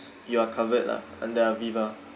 you are covered lah under aviva